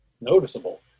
noticeable